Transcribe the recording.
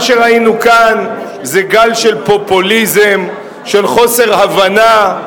מה שראינו כאן זה גל של פופוליזם, של חוסר הבנה.